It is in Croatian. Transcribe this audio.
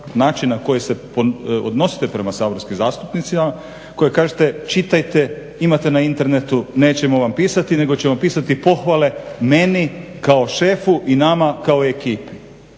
način na koji se odnosite prema saborskim zastupnicima koji kažete čitajte, imate na internetu, nećemo vam pisati nego ćemo pisati pohvale meni kao šefu i nama kao ekipi.